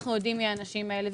אנחנו יודעים מי האנשים האלה,